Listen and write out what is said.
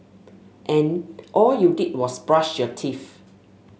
and all you did was brush your teeth